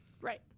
Right